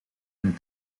een